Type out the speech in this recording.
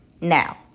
Now